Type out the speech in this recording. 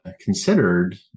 considered